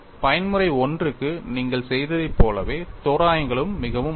பயன்முறை I க்கு நீங்கள் செய்ததைப் போலவே தோராயங்களும் மிகவும் ஒத்தவை